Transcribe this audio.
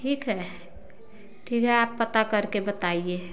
ठीक है ठीक है आप पता करके बताइए